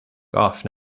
gough